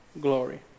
glory